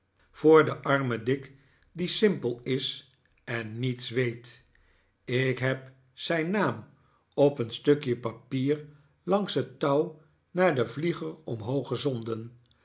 voor den armen dick die simpel is en niets weet ik heb zijn naam op een stukje papier langs het touw naar den vlieger